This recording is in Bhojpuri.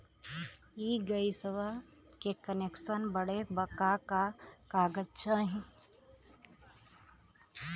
इ गइसवा के कनेक्सन बड़े का का कागज चाही?